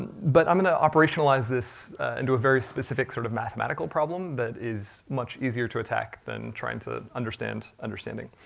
but i'm going to operationalize this into a very specific sort of mathematical problem that is much easier to attack than trying to understand understanding.